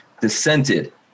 dissented